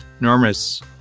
enormous